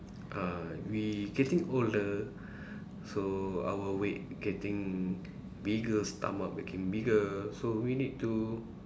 uh we getting older so our weight getting bigger stomach getting bigger so we need to